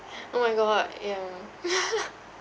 oh my god yeah